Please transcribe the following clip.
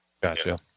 gotcha